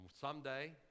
someday